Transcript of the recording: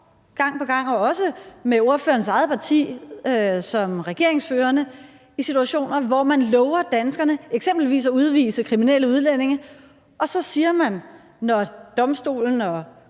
gang på gang i situationer, også med ordførerens eget parti som regeringsførende, hvor man lover danskerne eksempelvis at udvise kriminelle udlændinge, og så siger man, når domstolen og